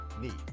need